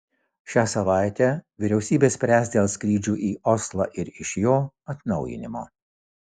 šią savaitę vyriausybė spręs dėl skrydžių į oslą ir iš jo atnaujinimo